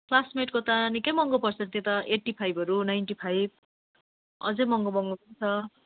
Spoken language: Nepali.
क्लासमेटको त निक्कै महँगो पर्छ त्यो त एट्टी फाइभहरू नाइन्टी फाइभ अझै महँगो महँगो पनि छ